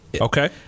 Okay